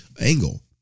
angle